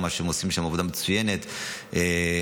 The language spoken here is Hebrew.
הם עושים שם עבודה מצוינת במגזר,